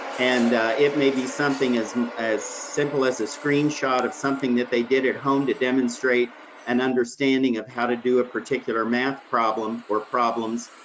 and it may be something as as simple as a screenshot of something that they did at home to demonstrate an understanding of how to do a particular math problem, or problems,